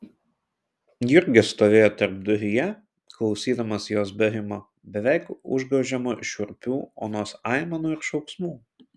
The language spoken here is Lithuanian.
jurgis stovėjo tarpduryje klausydamas jos barimo beveik užgožiamo šiurpių onos aimanų ir šauksmų